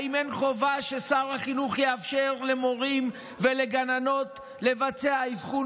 האם אין חובה ששר החינוך יאפשר למורים ולגננות לבצע אבחון